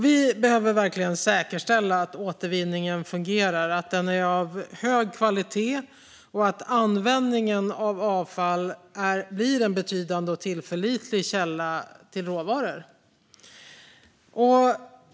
Vi behöver verkligen säkerställa att återvinningen fungerar, att den är av hög kvalitet och att användningen av avfall blir en betydande och tillförlitlig källa av råvaror.